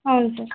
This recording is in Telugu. అవును సార్